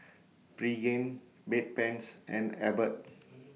Pregain Bedpans and Abbott